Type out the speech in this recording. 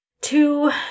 two